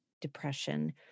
depression